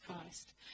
Christ